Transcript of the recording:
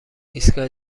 ایستگاه